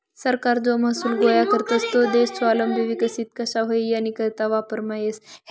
सरकार जो महसूल गोया करस तो देश स्वावलंबी विकसित कशा व्हई यानीकरता वापरमा येस